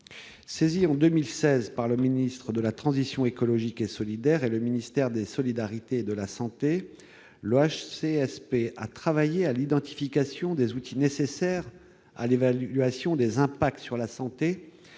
Saisi en 2016 par le ministère de la transition écologique et solidaire et celui des solidarités et de la santé, le HCSP a travaillé à l'identification des outils nécessaires à l'évaluation des impacts sur la santé